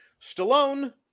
Stallone